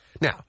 now